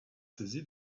saisi